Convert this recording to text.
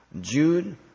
Jude